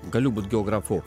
galiu būt geografu